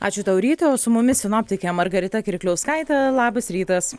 ačiū tau ryti o su mumis sinoptikė margarita kirkliauskaitė labas rytas